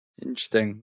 Interesting